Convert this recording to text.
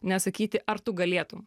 nesakyti ar tu galėtum